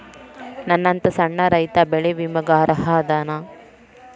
ನನ್ನಂತ ಸಣ್ಣ ರೈತಾ ಬೆಳಿ ವಿಮೆಗೆ ಅರ್ಹ ಅದನಾ?